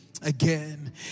Again